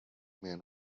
man